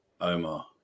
Omar